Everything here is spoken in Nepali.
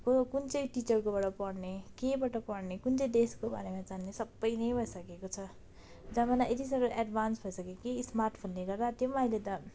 को कुन चाहिँ टिचरकोबाट पढ्ने केबाट पढ्ने कुन चाहिँ देशको बारेमा जान्ने सबै नै भइसकेको छ जमाना यति साह्रो एडभान्स भइसक्यो कि स्मार्टफोनले गर्दा त्यो अहिले त